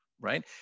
right